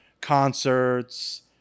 concerts